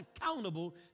accountable